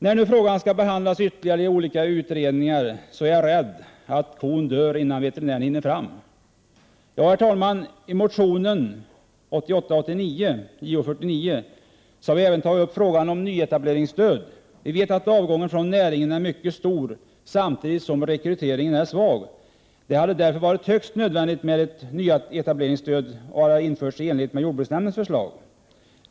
När nu frågan skall behandlas ytterligare i olika utredningar är jag rädd för att kon dör innan veterinären hinner fram. Herr talman! I motionen 1988/89:J049 har vi även tagit upp frågan om nyetableringsstöd. Vi vet att avgången från näringen är mycket stor, samtidigt som rekryteringen är svag. Det hade därför varit högst nödvändigt att ett nyetableringsstöd hade införts i enlighet med jordbruksnämndens förslag.